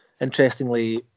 Interestingly